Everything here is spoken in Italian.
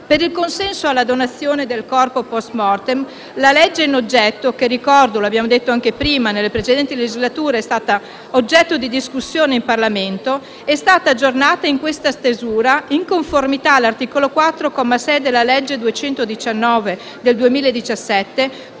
Per il consenso alla donazione del corpo *post mortem*, il disegno di legge in oggetto, che ricordo, come abbiamo detto anche prima, nelle precedenti legislature è stato oggetto di discussione in Parlamento, è stato aggiornato in questa stesura in conformità all'articolo 4, comma 6, della legge n. 219 del 2017